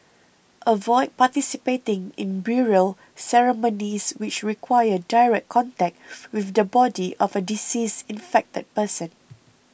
avoid participating in burial ceremonies which require direct contact with the body of a deceased infected person